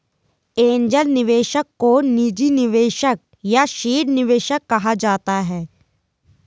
angel निवेशक को निजी निवेशक या सीड निवेशक कहा जाता है